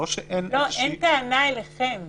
אין טענה אליכם.